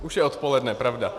Už je odpoledne, pravda.